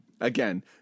again